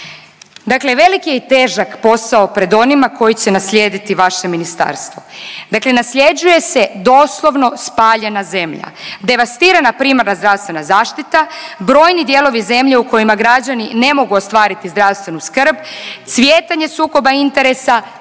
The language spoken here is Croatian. Dakle, velik je i težak posao pred onima koji će naslijediti vaše ministarstvo, dakle nasljeđuje se doslovno spaljena zemlja, devastirana primarna zdravstvena zaštita, brojni dijelovi zemlje u kojima građani ne mogu ostvariti zdravstvenu skrb, cvjetanje sukoba interesa